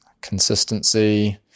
consistency